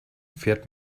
fährt